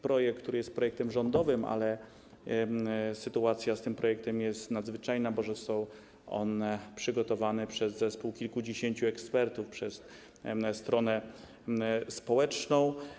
Projekt, który jest projektem rządowym, ale sytuacja z tym projektem jest nadzwyczajna, bo został on przygotowany przez zespół kilkudziesięciu ekspertów, przez stronę społeczną.